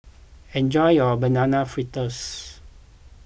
enjoy your Banana Fritters